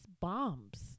bombs